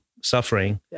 suffering